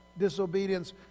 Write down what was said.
disobedience